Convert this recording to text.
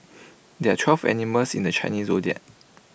there are twelve animals in the Chinese Zodiac